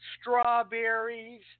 strawberries